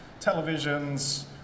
televisions